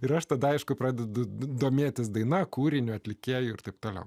ir aš tada aišku pradedu domėtis daina kūrinio atlikėjų ir taip toliau